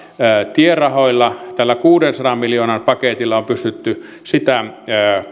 tierahoilla tällä kuudensadan miljoonan paketilla on pystytty sitä